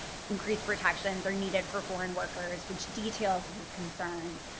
increase protections are needed for foreign workers which detail the concerns.